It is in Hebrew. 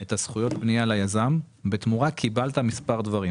את זכויות הבנייה ליזם ובתמורה קיבלת מספר דברים.